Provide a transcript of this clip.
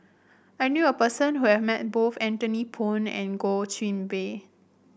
I knew a person who have met both Anthony Poon and Goh Qiu Bin